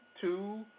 two